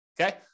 Okay